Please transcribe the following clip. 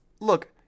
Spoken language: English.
look